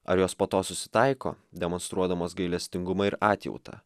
ar jos po to susitaiko demonstruodamos gailestingumą ir atjautą